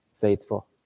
faithful